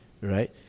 right